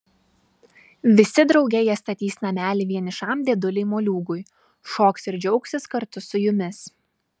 visi drauge jie statys namelį vienišam dėdulei moliūgui šoks ir džiaugsis kartu su jumis